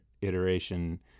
iteration